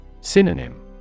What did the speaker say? Synonym